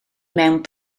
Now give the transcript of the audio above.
mewn